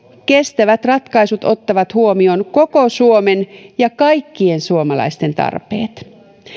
kestävät ratkaisut ottavat huomioon koko suomen ja kaikkien suomalaisten tarpeet